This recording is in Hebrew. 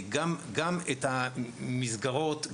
גם את המסגרות,